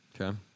Okay